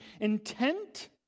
intent